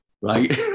Right